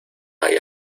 hay